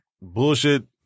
bullshit